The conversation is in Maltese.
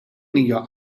hija